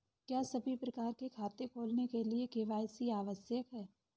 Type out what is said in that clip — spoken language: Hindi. क्या सभी प्रकार के खाते खोलने के लिए के.वाई.सी आवश्यक है?